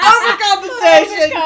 Overcompensation